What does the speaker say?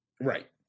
Right